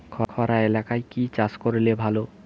খরা এলাকায় কি চাষ করলে ভালো?